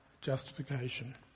justification